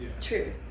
True